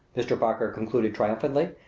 mr. parker concluded triumphantly.